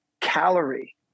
calorie